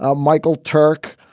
ah michael turk.